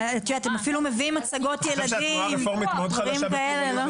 כי אתם אפילו מביאים הצגות ילדים ודברים כאלה.